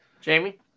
Jamie